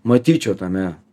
matyčiau tame